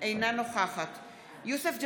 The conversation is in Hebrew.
אינה נוכחת יוסף ג'בארין,